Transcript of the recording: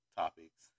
topics